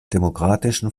demokratischen